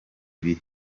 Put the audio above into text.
bihe